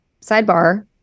sidebar